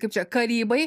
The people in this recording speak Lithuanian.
kaip čia karybai